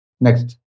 Next